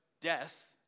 death